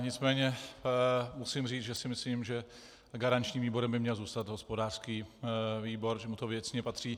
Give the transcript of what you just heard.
Nicméně musím říct, že si myslím, že garančním výborem by měl zůstat hospodářský výbor, že mu to věcně patří.